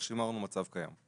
אבל שימרנו מצב קיים.